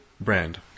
Brand